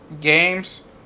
games